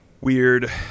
weird